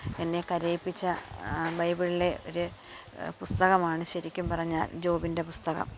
എന്നെ കരയിപ്പിച്ച ബൈബിളിലെ ഒരു പുസ്തകമാണ് ശരിക്കും പറഞ്ഞാൽ ജോബിൻ്റെ പുസ്തകം